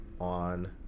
on